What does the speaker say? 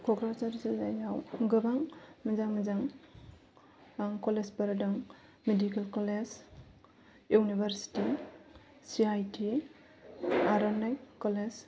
क'क्राझार जिल्लायाव गोबां मोजां मोजां कलेजफोर दं medical college university C I T आर'नाय कलेज